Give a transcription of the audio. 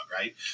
right